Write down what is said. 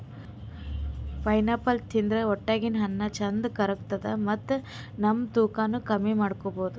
pineapple ತಿಂದ್ರ್ ಹೊಟ್ಟ್ಯಾಗ್ ಅನ್ನಾ ಚಂದ್ ಕರ್ಗತದ್ ಮತ್ತ್ ನಮ್ ತೂಕಾನೂ ಕಮ್ಮಿ ಮಾಡ್ಕೊಬಹುದ್